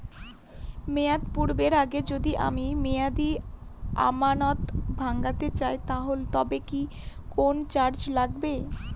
মেয়াদ পূর্ণের আগে যদি আমি মেয়াদি আমানত ভাঙাতে চাই তবে কি কোন চার্জ লাগবে?